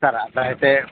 sir అట్లా అయితే